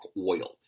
oil